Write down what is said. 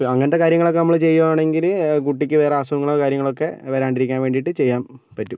അങ്ങനത്തെ കാര്യങ്ങള് ഒക്കെ നമ്മൾ ചെയ്യുവാണെങ്കിൽ കുട്ടിക്ക് വേറെ അസുഖങ്ങളോ കാര്യങ്ങളൊക്കെ വരാണ്ടിരിക്കാന് വേണ്ടീട്ട് ചെയ്യാന് പറ്റും